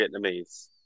Vietnamese